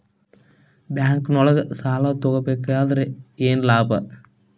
ಬ್ಯಾಂಕ್ನೊಳಗ್ ಸಾಲ ತಗೊಬೇಕಾದ್ರೆ ಏನ್ ಲಾಭ?